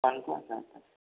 कौन कौनसा आता है